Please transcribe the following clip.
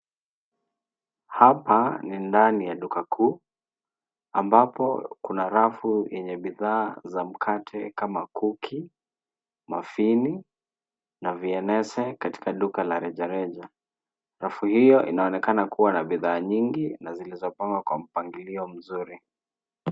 Hapa ni ndani ya duka kuu ambapo kuna rafu yenye bidhaa za mkate kama kuki, mafini na vienese katika duka la rejareja. Rafu hiyo inaonekana kuwa na bidhaa nyingi na zilizopangwa kwa mpangilio mzuri.